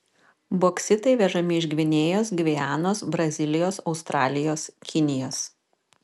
boksitai vežami iš gvinėjos gvianos brazilijos australijos kinijos